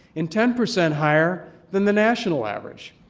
and ten percent higher than the national average.